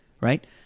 right